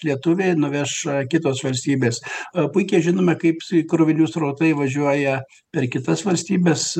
lietuviai nuveš kitos valstybės puikiai žinome kaip krovinių srautai važiuoja per kitas valstybes